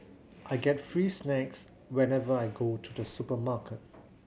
I get free snacks whenever I go to the supermarket